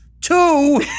two